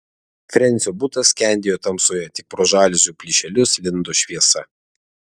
frensio butas skendėjo tamsoje tik pro žaliuzių plyšelius lindo šviesa